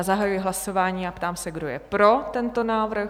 Zahajuji hlasování a ptám se, kdo je pro tento návrh?